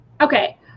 Okay